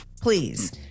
please